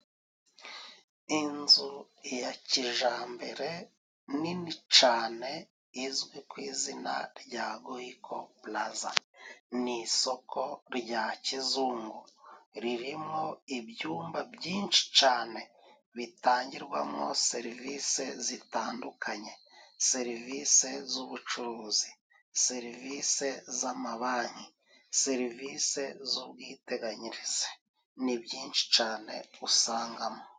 Inzu ya kijambere nini cane izwi ku izina rya Goyikopulaza, ni isoko rya kizungu ririmo ibyumba byinshi cane bitangirwamo serivise zitandukanye. serivisi z'ubucuruzi, serivise z'amabanki, serivise z'ubwiteganyirize, ni byinshi cane usangamo.